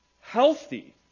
healthy